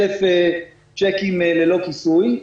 אלף צ'קים ללא כיסוי,